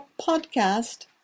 podcast